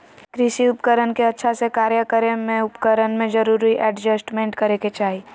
कृषि उपकरण के अच्छा से कार्य करै ले उपकरण में जरूरी एडजस्टमेंट करै के चाही